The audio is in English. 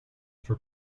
for